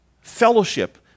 fellowship